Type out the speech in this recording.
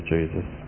Jesus